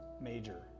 Major